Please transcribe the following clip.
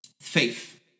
faith